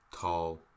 tall